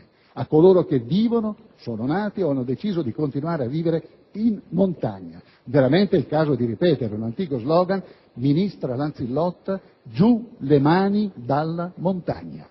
a coloro che sono nati, vivono o hanno deciso di continuare a vivere in montagna. È veramente il caso di ripetere un antico *slogan*: ministra Lanzillotta, giù le mani dalla montagna.